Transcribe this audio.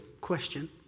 question